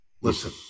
Listen